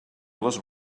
les